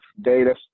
data